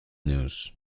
news